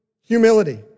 Humility